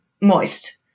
moist